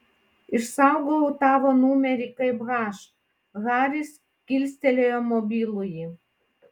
išsaugojau tavo numerį kaip h haris kilstelėjo mobilųjį